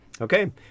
Okay